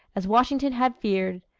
as washington had feared.